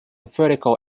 vertical